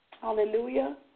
Hallelujah